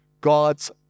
God's